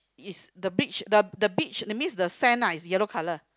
is the beach the the beach that's mean the sand lah is yellow colour